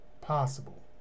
possible